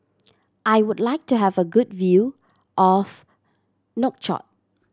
I would like to have a good view of Nouakchott